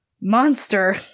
monster